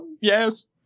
Yes